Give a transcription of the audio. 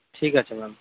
ঠিক আছে ম্যাম